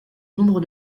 nombre